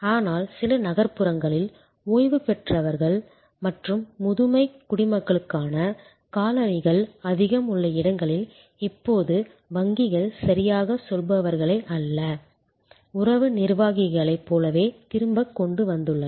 ஆனால் சில நகர்ப்புறங்களில் ஓய்வு பெற்றவர்கள் மற்றும் முதுமைக் குடிமக்களுக்கான காலனிகள் அதிகம் உள்ள இடங்களில் இப்போது வங்கிகள் சரியாகச் சொல்பவர்களை அல்ல உறவு நிர்வாகிகளைப் போலவே திரும்பக் கொண்டு வந்துள்ளன